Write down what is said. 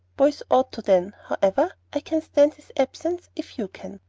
boys ought to, then. however, i can stand his absence, if you can!